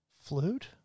flute